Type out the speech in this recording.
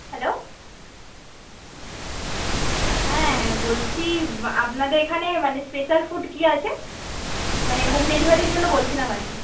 hello হ্যাঁ বলছি আপনাদের এখানে মানে স্পেশাল ফুড কি আছে মানে হোম ডেলিভারির জন্য বলছিলাম আর কি